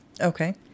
Okay